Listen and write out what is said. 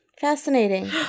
fascinating